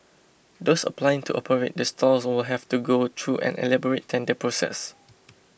those applying to operate the stalls will have to go through an elaborate tender process